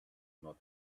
not